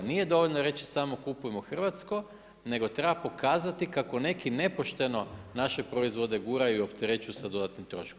Nije dovoljno reći samo kupujmo hrvatsko nego treba pokazati kako neki nepošteno naše proizvode guraju i opterećuju sa dodatnim troškovima.